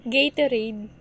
Gatorade